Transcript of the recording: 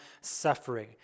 suffering